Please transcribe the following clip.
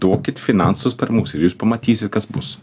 duokit finansus per mus ir jūs pamatysit kas bus